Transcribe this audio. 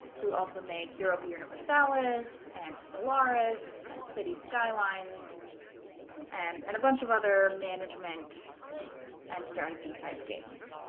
who also make europa universalis and stellaris and cities skylines and and a bunch of other management and strategy type games.